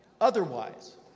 otherwise